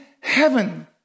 heaven